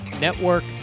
Network